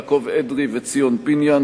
יעקב אדרי וציון פיניאן,